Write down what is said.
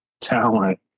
talent